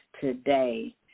today